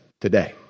today